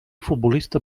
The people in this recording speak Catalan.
futbolista